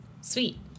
Sweet